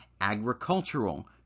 agricultural